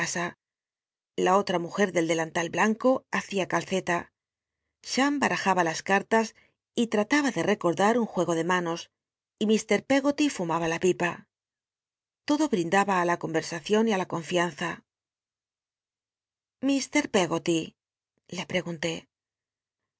la otra mujer del delantal blanco hacia calceta cham har tjaba las cartas lt'ataba de recordar un juego de manos y jfr prggo ly ruma ha l t pipa l'odo brindah lí la conrcrsacion y í la confianza ilr jleggoty le pregunté